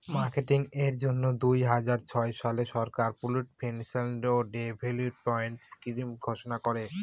marketing এর জন্য দুই হাজার ছয় সালে সরকার পুল্ড ফিন্যান্স ডেভেলপমেন্ট স্কিম ঘোষণা করে